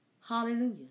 Hallelujah